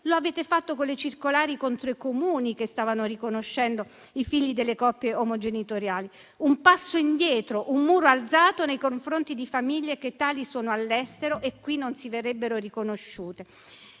Lo avete fatto con le circolari contro i Comuni che stavano riconoscendo i figli delle coppie omogenitoriali. Si tratta di un passo indietro, un muro alzato nei confronti di famiglie che tali sono all'estero e che qui non verrebbero riconosciute.